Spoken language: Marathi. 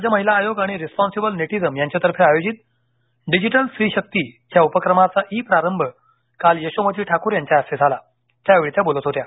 राज्य महिला आयोग आणि रिस्पॉन्सिबल नेटिझम यांच्यातर्फे आयोजित डिजिटल स्त्री शक्ती या उपक्रमाचा ई प्रारंभ काल यशोमती ठाकुर यांच्या हस्ते झाला त्यावेळी त्या बोलत होत्या